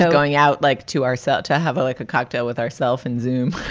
going out like to ourself to have like a cocktail with ourself and zoome.